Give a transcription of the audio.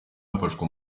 hafashwe